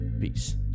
Peace